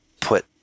put